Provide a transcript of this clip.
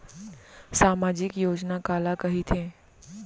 सामाजिक योजना काला कहिथे?